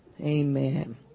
Amen